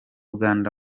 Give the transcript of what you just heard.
uganda